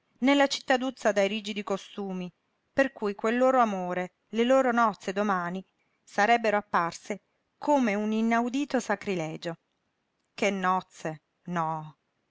nella cittaduzza dai rigidi costumi per cui quel loro amore le loro nozze domani sarebbero apparse come un inaudito sacrilegio che nozze no